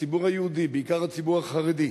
הציבור היהודי, בעיקר הציבור החרדי,